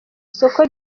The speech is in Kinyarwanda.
isoko